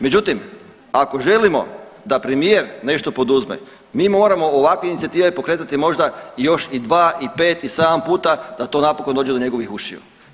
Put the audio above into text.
Međutim, ako želimo da premijer nešto poduzme, mi moramo ovakve inicijative pokretati možda još i 2 i 5 i 7 puta, da to napokon dođe do njegovih ušiju.